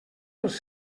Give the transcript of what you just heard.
dels